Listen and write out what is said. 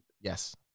yes